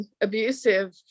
abusive